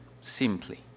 simply